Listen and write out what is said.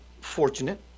fortunate